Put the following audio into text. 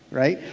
right?